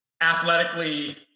athletically